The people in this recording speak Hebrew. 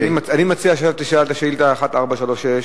אני מציע שתשאל את שאילתא מס' 1436,